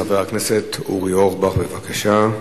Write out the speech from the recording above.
חבר הכנסת אורי אורבך, בבקשה.